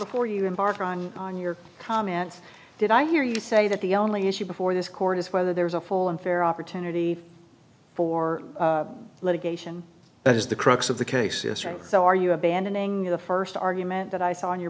before you embark on on your comments did i hear you say that the only issue before this court is whether there is a full and fair opportunity for leg ation that is the crux of the case history so are you have banning the first argument that i saw in your